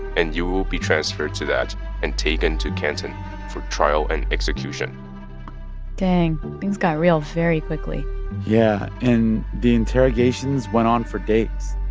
and you will be transferred to that and taken to canton for trial and execution dang. things got real very quickly yeah. and the interrogations went on for days.